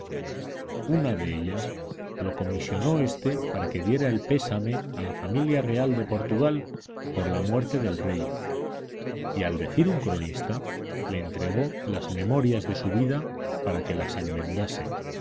una de ellas lo comisionó éste para que diera el pésame a la familia real de portugal por la muerte del rey y al decir de un cronista le entregó las memorias de su vida para que las enmendase